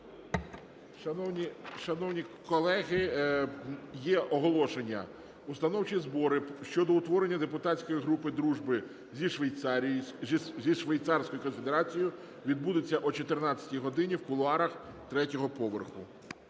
Шановні колеги, є оголошення. Установчі збори щодо утворення депутатської групи дружби зі Швейцарією, зі Швейцарською Конфедерацією відбудуться о 14 годині в кулуарах третього поверху.